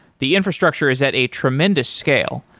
the infrastructure is at a tremendous scale.